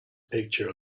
picture